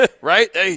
right